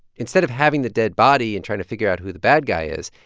instead of having the dead body and trying to figure out who the bad guy is,